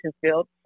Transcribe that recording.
field